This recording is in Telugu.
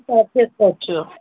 సరిచేసుకోవచ్చు